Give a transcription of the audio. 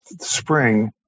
spring